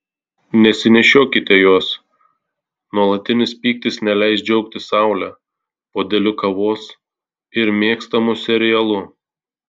nesinešiokite jos nuolatinis pyktis neleis džiaugtis saule puodeliu kavos ir mėgstamu serialu